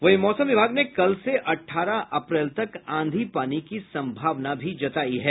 वहीं मौसम विभाग ने कल से अठारह अप्रैल तक आंधी पानी की सम्भावना भी जतायी है